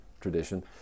tradition